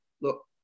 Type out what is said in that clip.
Look